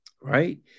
right